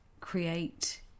create